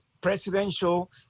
presidential